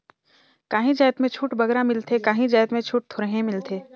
काहीं जाएत में छूट बगरा मिलथे काहीं जाएत में छूट थोरहें मिलथे